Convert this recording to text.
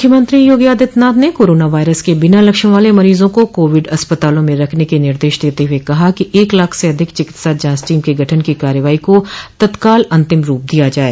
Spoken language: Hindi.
मुख्यमंत्री योगी आदित्यनाथ ने कोरोना वायरस के बिना लक्षण वाले मरीजों को कोविड अस्पताल में रखने के निर्देश देते हुए कहा कि एक लाख से अधिक चिकित्सा जांच टीम के गठन की कार्रवाई को तत्काल अंतिम रूप दिया जाये